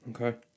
Okay